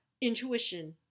Intuition